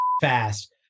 fast